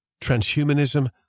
transhumanism